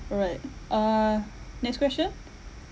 alright uh next question